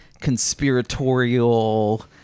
conspiratorial